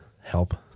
help